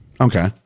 okay